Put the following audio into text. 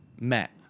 met